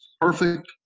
Perfect